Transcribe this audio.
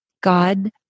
God